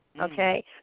Okay